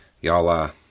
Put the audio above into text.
y'all